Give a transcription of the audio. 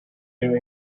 new